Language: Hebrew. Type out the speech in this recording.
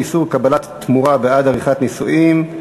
איסור קבלת תמורה בעד עריכת נישואין),